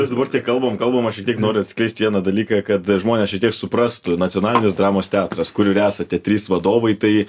mes dabar tiek kalbam kalbam aš vis tiek noriu atskleist vieną dalyką kad žmonės šiek tiek suprastų nacionalinis dramos teatras kur ir esate trys vadovai tai